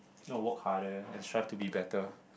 not work harder and strive to be better